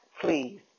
Please